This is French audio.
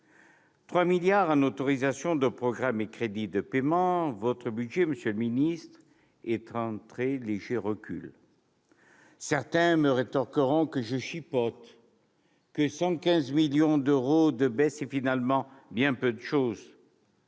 3 milliards d'euros en autorisations d'engagement et crédits de paiement, votre budget, monsieur le ministre, est en très léger recul. Certains me rétorqueront que je chipote, que 115 millions d'euros de baisse, c'est finalement bien peu de chose.